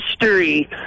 history